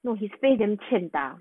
no his face damn 欠打